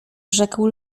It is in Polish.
rzekł